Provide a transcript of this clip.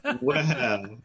Wow